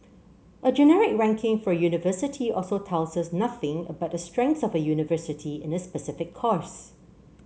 a generic ranking for a university also tells us nothing about the strengths of a university in a specific course